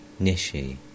Nishi